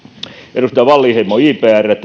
edustaja wallinheimo